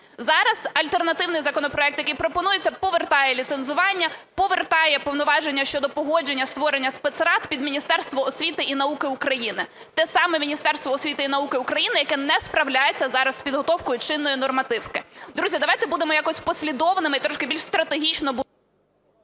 Зараз альтернативний законопроект, який пропонується, повертає ліцензування, повертає повноваження щодо погодження створення спецрад під Міністерство освіти і науки України – те саме Міністерство освіти і науки України, яке не справляється зараз із підготовкою чинної нормативки. Друзі, давайте будемо якось послідовними і трошки більш стратегічно…